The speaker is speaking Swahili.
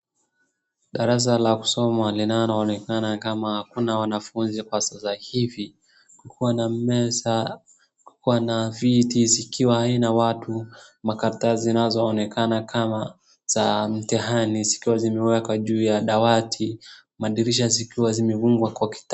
Darasa la kusomwa linaonekana kama hakuna wanafunzi kwa sasa hivi. Kukuwa na meza, kukuwa na viti zikiwa aina watu, makaratasi zinazoonekana kama za mtihani zikiwa zimewekwa juu ya dawati, madirisha zikiwa zimefungwa kwa kit.